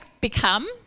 become